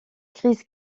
crises